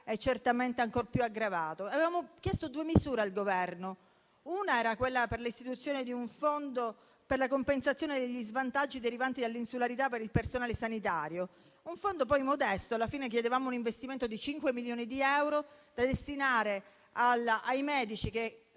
è certamente ancor più aggravato. Abbiamo chiesto due misure al Governo, la prima delle quali era volta all'istituzione di un fondo per la compensazione degli svantaggi derivanti dell'insularità per il personale sanitario. Si tratta di un fondo modesto, chiedevamo un investimento di cinque milioni di euro da destinare ai medici che